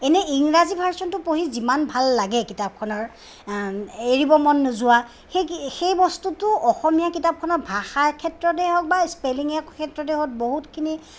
এনেই ইংৰাজী ভাৰ্চনটো পঢ়ি যিমান ভাল লাগে কিতাপখনৰ এৰিব মন নোযোৱা সেই সেই বস্তুটো অসমীয়া কিতাপখনৰ ভাষাৰ ক্ষেত্ৰতে হওক বা স্পেলিঙৰ ক্ষেত্ৰতে হওক বহুতখিনি